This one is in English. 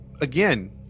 again